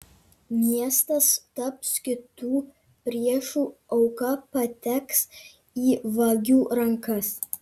miestas taps kitų priešų auka pateks į vagių rankas